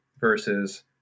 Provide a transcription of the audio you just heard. versus